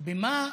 במה